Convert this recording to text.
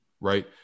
right